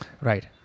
Right